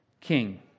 king